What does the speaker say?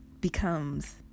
becomes